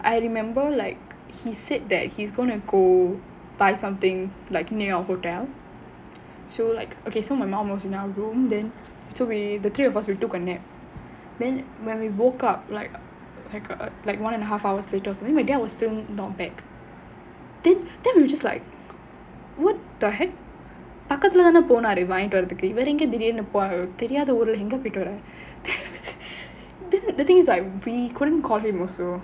I remember like he said that he is gonna go buy something like near our hotel so like okay so my mom was in our room then so we the three of us we took a nap then when we woke up like a like one and a half hours later suddenly my dad was still not back then then we were just like what the heck பக்கத்துல தானே போனாரு வாங்கிட்டு வரதுக்கு இவரு எங்க திடீர்னு போனாரு தெரியாத ஊருல எங்க போய்ட்டு வராரு:pakkathula thaanae ponaaru vaangittu varathukku ivaru enga thideernu ponaaru theriyaatha oorula enga poyittu varaaru then the thing is like we couldn't call him also